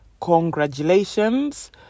congratulations